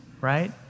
Right